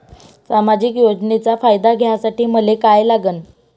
सामाजिक योजनेचा फायदा घ्यासाठी मले काय लागन?